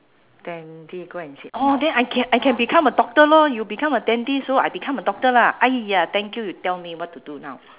dentist go and see orh then I can I can become a doctor lor you become a dentist so I become a doctor lah !aiya! thank you you tell me what to do now